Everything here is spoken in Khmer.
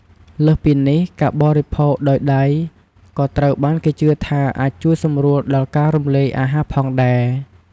លើសពីនេះ ការបរិភោគដោយដៃក៏ត្រូវបានគេជឿថាអាចជួយសម្រួលដល់ការរំលាយអាហារផងដែរ។